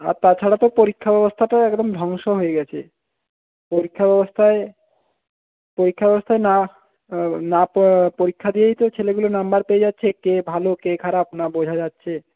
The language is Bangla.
আর তাছাড়া তো পরীক্ষা ব্যবস্থাটা একদম ধ্বংস হয়ে গেছে পরীক্ষা ব্যবস্থায়ে পরীক্ষা ব্যবস্থায়ে না না পরীক্ষা দিয়েই তো ছেলেগুলো নম্বর পেয়ে গেছে কে ভালো কে খারাপ না বোঝা যাচ্ছে